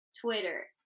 Twitter